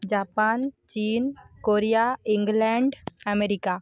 Japan China Korea England America